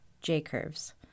J-curves